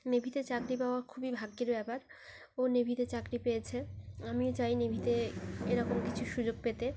নেভিতে চাকরি পাওয়া খুবই ভাগ্যের ব্যাপার ও নেভিতে চাকরি পেয়েছে আমিও চাই নেভিতে এরকম কিছু সুযোগ পেতে